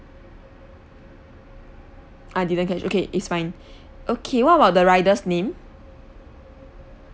ah didn't catch okay it's fine okay what about the rider's name